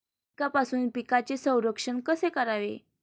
कीटकांपासून पिकांचे संरक्षण कसे करावे?